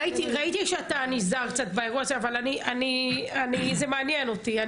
ראיתי שאתה נזהר קצת באירוע הזה אבל זה מעניין אותי.